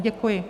Děkuji.